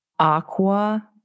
Aqua